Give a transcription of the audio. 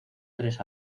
tres